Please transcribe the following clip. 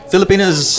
Filipinos